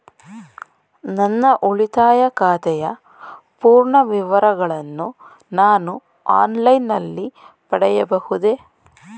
ನನ್ನ ಉಳಿತಾಯ ಖಾತೆಯ ಪೂರ್ಣ ವಿವರಗಳನ್ನು ನಾನು ಆನ್ಲೈನ್ ನಲ್ಲಿ ಪಡೆಯಬಹುದೇ?